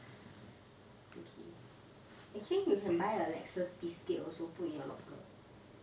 okay actually you can buy a lexus biscuit also put in your locker